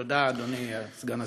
תודה, אדוני סגן השר.